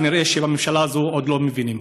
כנראה שבממשלה הזאת עוד לא מבינים.